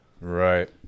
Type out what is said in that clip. Right